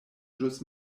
ĵus